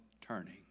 turning